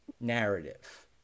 narrative